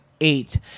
eight